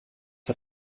hat